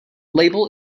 label